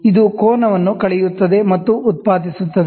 ಇದು ಕೋನವನ್ನು ಕಳೆಯುತ್ತದೆ ಮತ್ತು ಉತ್ಪಾದಿಸುತ್ತದೆ